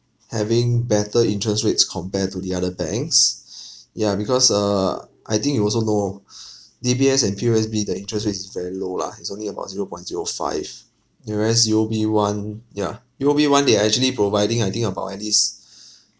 having better interest rates compare to the other banks ya because err I think you also know D_B_S and P_O_S_B the interest rate is very low lah it's only about zero point zero five whereas U_O_B one yeah U_O_B one they are actually providing I think about at least